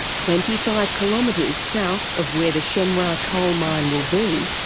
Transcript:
twenty five kilometres south of where the shenhua coal mine will be,